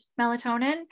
melatonin